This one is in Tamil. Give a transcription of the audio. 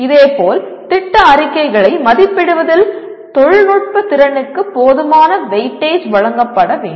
இதேபோல் திட்ட அறிக்கைகளை மதிப்பிடுவதில் தொழில்நுட்ப எழுத்து திறனுக்கு போதுமான வெயிட்டேஜ் வழங்கப்பட வேண்டும்